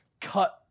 cut